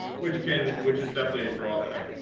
which can which is definitely a drawback.